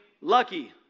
lucky